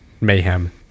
Mayhem